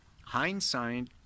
hindsight